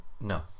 no